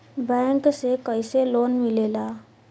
Bank से कइसे loan मिलेला?